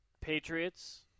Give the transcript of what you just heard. Patriots